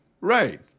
right